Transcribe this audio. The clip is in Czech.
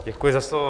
Děkuji za slovo.